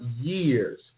years